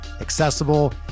accessible